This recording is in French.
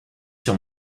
sur